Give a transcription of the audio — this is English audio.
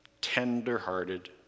tender-hearted